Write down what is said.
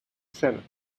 senate